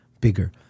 bigger